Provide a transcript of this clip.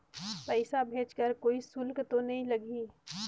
पइसा भेज कर कोई शुल्क तो नी लगही?